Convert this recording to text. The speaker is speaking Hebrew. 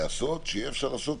שיהיה אפשר לעשות